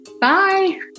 Bye